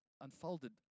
unfolded